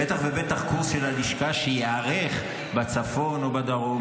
בטח ובטח קורס של הלשכה שייערך בצפון או בדרום,